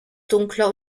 dunkler